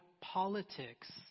politics